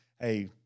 hey